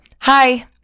Hi